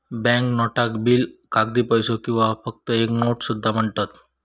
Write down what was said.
bank नोटाक bill, कागदी पैसो किंवा फक्त एक नोट सुद्धा म्हणतत